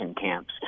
camps